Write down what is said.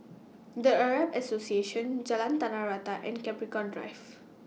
The Arab Association Jalan Tanah Rata and Capricorn Drive